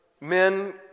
men